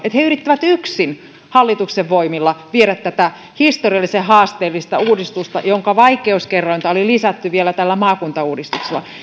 että he yrittävät yksin hallituksen voimilla viedä tätä historiallisen haasteellista uudistusta jonka vaikeuskerrointa oli lisätty vielä tällä maakuntauudistuksella